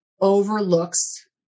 overlooks